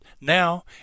now